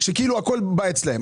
שנייה שכאילו הכול בא מאצלם.